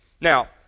Now